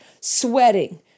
sweating